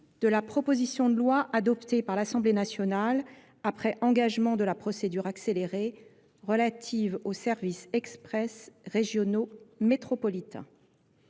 de la proposition de loi adoptée par l'assemblée nationale après engagement de la procédure accélérée relative aux services express régionaux métropolitains